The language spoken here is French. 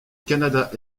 canada